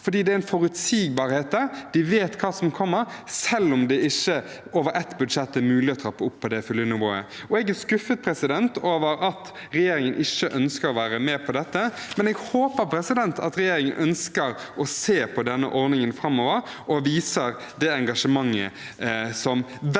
fordi det er en forutsigbarhet der – de vet hva som kommer – selv om det over ett budsjett ikke er mulig å trappe opp til det fulle nivået. Jeg er skuffet over at regjeringen ikke ønsker å være med på dette, men jeg håper at regjeringen ønsker å se på ordningen framover og viser det engasjementet som veldig